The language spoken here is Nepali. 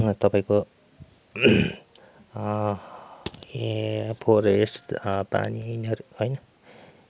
तपाईँको ए फोरेस्ट पानी यिनीहरू होइन